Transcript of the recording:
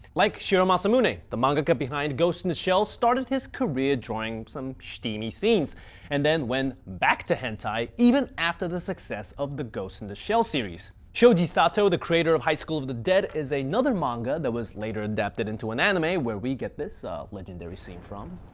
like shirow masamune the mangaka behind ghost in the shell started his career drawing some steamy scenes and then went back to hentai even after the success of the ghost in the shell series. shouji sato, the creator of high school of the dead is another manga that was later adapted into an anime where we get this legendary scene from